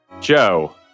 Joe